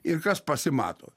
ir kas pasimato